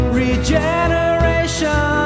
regeneration